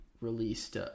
released